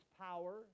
power